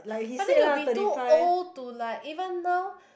but then you will be too old to like even now